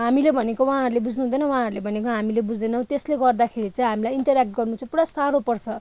हामीले भनेको उहाँहरूले बुझ्नुहुँदैन उहाँहरूले भनेको हामीले बुझ्दैनौँ त्यसले गर्दाखेरि चाहिँ हामीलाई इन्टरेक्ट गर्नु चाहिँ पुरा साह्रो पर्छ